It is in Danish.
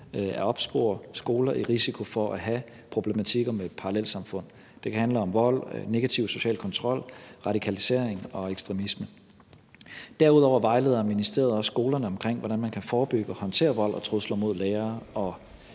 at opspore skoler i risiko for at have problematikker med parallelsamfund. Det kan handle om vold, negativ social kontrol, radikalisering og ekstremisme. Derudover vejleder ministeriet også skolerne om, hvordan man kan forebygge og håndtere vold og trusler mod lærere, og